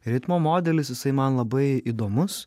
ritmo modelis jisai man labai įdomus